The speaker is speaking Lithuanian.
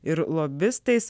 ir lobistais